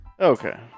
Okay